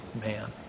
man